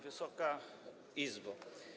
Wysoka Izbo!